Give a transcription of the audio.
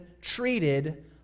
treated